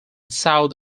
south